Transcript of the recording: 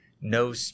No